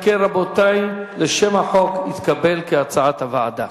אם כן, רבותי, שם החוק התקבל כהצעת הוועדה.